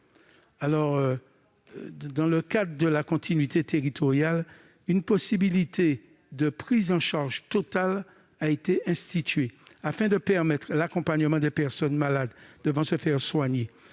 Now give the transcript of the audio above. Dans le cadre de la continuité territoriale, une possibilité de prise en charge totale a été instituée, afin de permettre l'accompagnement des personnes malades devant se faire soigner.